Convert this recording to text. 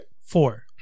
Four